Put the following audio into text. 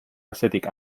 acetic